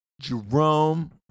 Jerome